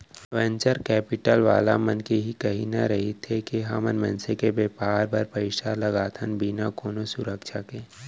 venture capital वाला मन के इही कहिना रहिथे के हमन मनसे के बेपार बर पइसा लगाथन बिना कोनो सुरक्छा के